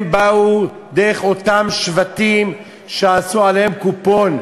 הם באו דרך אותם שבטים שעשו עליהם קופון,